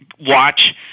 watch